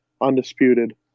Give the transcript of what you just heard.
undisputed